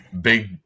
big